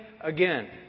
again